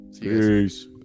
Peace